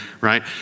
right